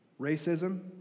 racism